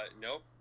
Nope